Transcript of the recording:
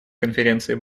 конференции